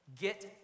Get